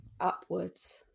upwards